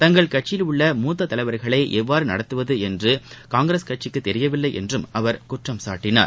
தங்கள் கட்சியில் உள்ள மூத்த தலைவர்களை எவ்வாறு நடத்துவது என்று காங்கிரஸ் கட்சிக்கு தெரியவில்லை என்றும் அவர் குற்றம் சாட்டினார்